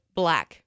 black